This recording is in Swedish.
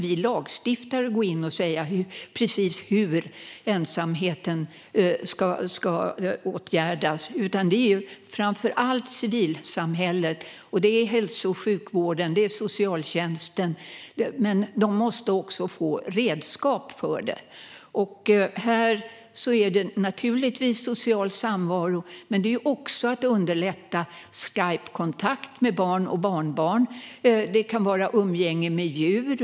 Vi lagstiftare kan ju inte säga precis hur ensamheten ska åtgärdas, utan det är framför allt civilsamhället, hälso och sjukvården och socialtjänsten som kan göra det. Men de måste få redskap. Naturligtvis är social samvaro viktig men man kan också underlätta Skypekontakt med barn och barnbarn. Det kan handla om umgänge med djur.